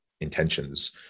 intentions